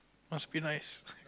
must be nice